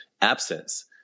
absence